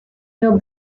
your